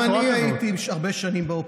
גם אני הייתי הרבה שנים באופוזיציה.